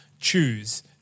choose